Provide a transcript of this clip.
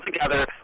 together